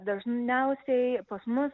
dažniausiai pas mus